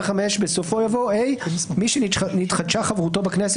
ההצבעה שיידעו שעל הסעיף הזה לא נצביע היום.